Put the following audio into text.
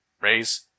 Raise